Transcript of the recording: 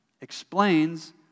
explains